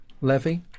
levy